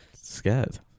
Scared